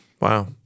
Wow